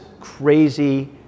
crazy